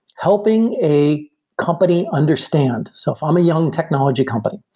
helping a company understand. so if i'm a young technology company,